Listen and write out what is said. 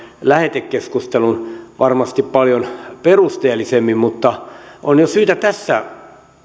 lähetekeskustelun varmasti paljon perusteellisemmin mutta on jo syytä tässä